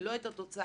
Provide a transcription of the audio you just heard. ולא את התוצאה.